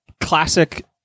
classic